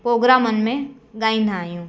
प्रोग्रामनि में ॻाईंदा आहियूं